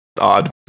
odd